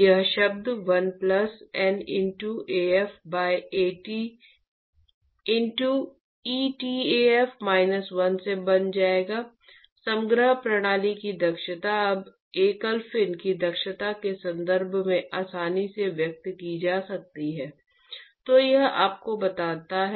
यह शब्द 1 plus N into Af by At into etaf minus 1 में बन जाएगा समग्र प्रणाली की दक्षता अब एकल फिन की दक्षता के संदर्भ में आसानी से व्यक्त की जा सकती है तो यह आपको बताता